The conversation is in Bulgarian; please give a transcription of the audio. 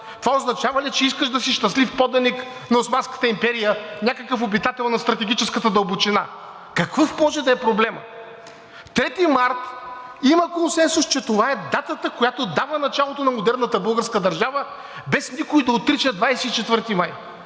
Това означава ли, че искаш да си щастлив поданик на Османската империя? Някакъв обитател на стратегическата дълбочина. Какъв може да е проблемът? Трети март. Има консенсус, че това е датата, която дава началото на модерната българска държава, без никой да отрича 24 май.